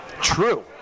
True